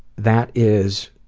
that is